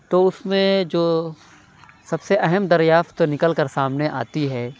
تو اُس میں جو سب سے اہم دریافت نکل کر سامنے آتی ہے